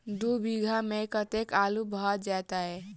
दु बीघा मे कतेक आलु भऽ जेतय?